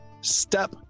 step